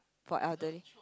for elderly